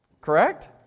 Correct